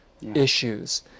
issues